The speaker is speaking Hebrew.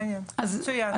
מעניין, מצוין.